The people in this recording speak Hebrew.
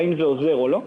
האם זה עוזר או לא?